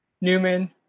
Newman